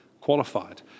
qualified